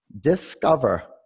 Discover